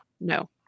No